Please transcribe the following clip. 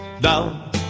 Down